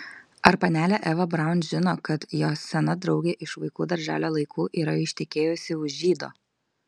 ar panelė eva braun žino kad jos sena draugė iš vaikų darželio laikų yra ištekėjusi už žydo